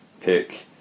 pick